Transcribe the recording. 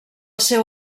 seu